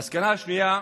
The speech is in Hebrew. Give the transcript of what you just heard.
המסקנה השנייה,